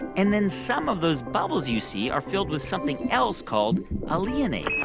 and then some of those bubbles you see are filled with something else called alliinase